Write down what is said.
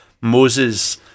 Moses